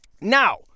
Now